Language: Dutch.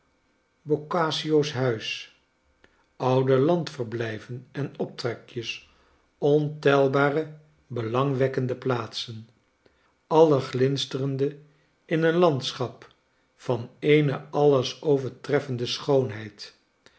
boccaccio's huis oude landverblijven en optrekjes ontelbare belangwekkende plaatsen alle glinsterende in een landschap van eene alles overtreffende schoonheid